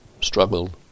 struggled